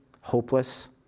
hopeless